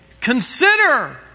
consider